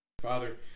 Father